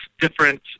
different